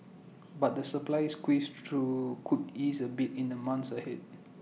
but the supply squeeze could ease A bit in the months ahead